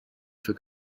für